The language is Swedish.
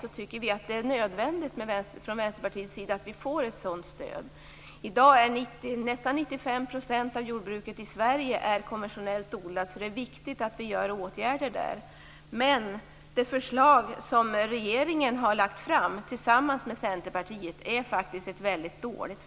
I dag är nästan 95 % av jordbruket i Sverige inriktat på konventionell odling. Därför är det viktigt med åtgärder där. Det förslag som regeringen och Centerpartiet tillsammans har lagt fram är dock väldigt dåligt.